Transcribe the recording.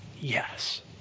yes